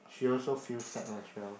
she also feel sad la she tell me